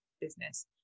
business